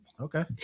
Okay